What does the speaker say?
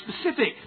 specific